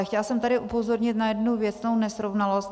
Chtěla jsem tady ale upozornit na jednu věcnou nesrovnalost.